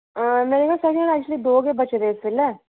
मेरे कोल ते ऐक्चुअली दो गै बचे दे इस बेल्लै